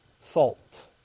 salt